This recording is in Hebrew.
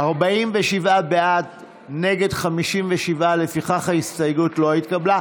47 בעד, נגד, 57, לפיכך ההסתייגות לא התקבלה.